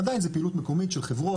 עדיין ז ו פעילות מקומית של חברות,